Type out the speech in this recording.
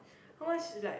how much is like